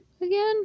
again